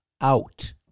out